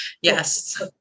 Yes